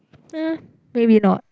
!huh! maybe not